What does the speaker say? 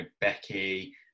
Becky